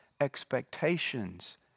expectations